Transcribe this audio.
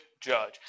judge